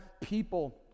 people